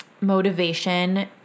motivation